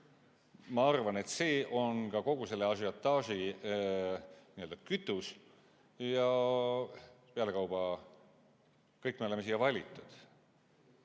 Ma arvan, et see on ka kogu selle ažiotaaži kütus. Pealekauba, kõik me oleme siia valitud